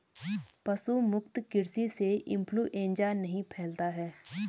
पशु मुक्त कृषि से इंफ्लूएंजा नहीं फैलता है